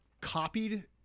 copied